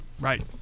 right